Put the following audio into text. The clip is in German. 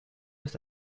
ist